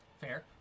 Fair